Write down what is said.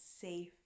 safe